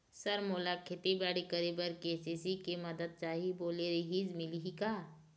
Sir मोला खेतीबाड़ी करेबर के.सी.सी के मंदत चाही बोले रीहिस मिलही का?